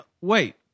wait